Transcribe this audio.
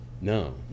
No